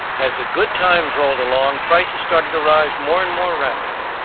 as the good times rolled along, prices started to rise more and more rapidly.